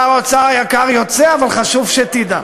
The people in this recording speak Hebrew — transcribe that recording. שר האוצר היקר יוצא, אבל חשוב שתדע.